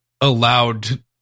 allowed